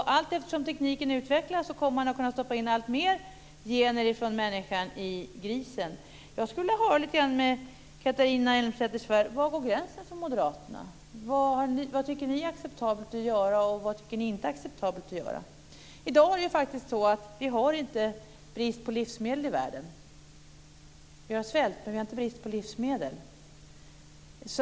Allt eftersom tekniken utvecklas kommer man att kunna stoppa in alltfler gener från människan i grisen. Jag skulle vilja höra lite grann med Catharina Elmsäter-Svärd var gränsen går för moderaterna. Vad tycker ni är acceptabelt att göra, och vad tycker ni inte är acceptabelt att göra? I dag har vi faktiskt inte brist på livsmedel i världen. Vi har svält, men vi har inte brist på livsmedel.